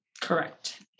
Correct